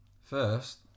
first